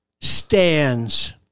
stands